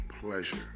pleasure